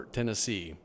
Tennessee –